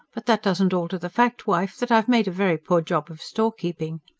but that doesn't alter the fact, wife, that i've made a very poor job of storekeeping.